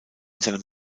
seinem